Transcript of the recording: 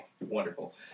wonderful